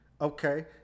Okay